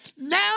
Now